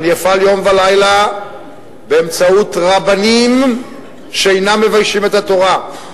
אני אפעל יום ולילה באמצעות רבנים שאינם מביישים את התורה,